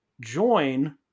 join